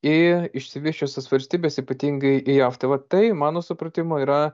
į išsivysčiusias valstybes ypatingai į jav tai va tai mano supratimu yra